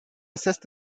assessed